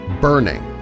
burning